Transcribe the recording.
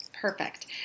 Perfect